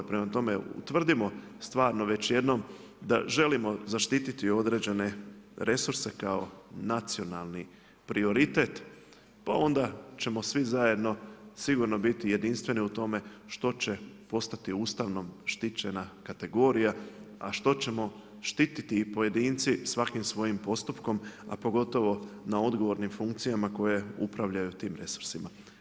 Prema tome, utvrdimo stvarno već jednom da želimo zaštiti određene resurse kao nacionalni prioritet pa onda ćemo svi zajedno sigurno biti jedinstveni u tome što će postati Ustavom štićena kategorija a što ćemo štiti i pojedinci svaki svojim postupkom a pogotovo na odgovornim funkcijama koje upravljaju tim resursima.